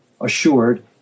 assured